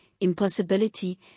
impossibility